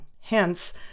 Hence